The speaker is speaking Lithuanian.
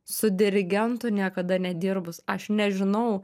su dirigentu niekada nedirbus aš nežinau